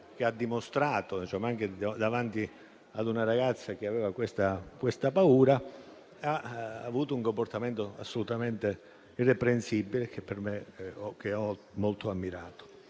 che ha dimostrato anche davanti a una ragazza che aveva paura, ha tenuto un comportamento assolutamente irreprensibile, che ho molto ammirato.